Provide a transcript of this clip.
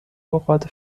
اوقات